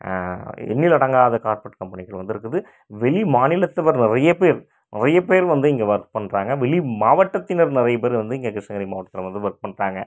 எண்ணில் அடங்காத கார்ப்ரேட் கம்பெனிகள் வந்து இருக்குது வெளி மாநிலத்தவர் நிறையப் பேர் நிறையப் பேர் வந்து இங்கே ஒர்க் பண்ணுறாங்க வெளி மாவட்டத்தினர் நிறையப் பேர் வந்து இங்கே கிருஷ்ணகிரி மாவட்டத்தில் வந்து ஒர்க் பண்ணுறாங்க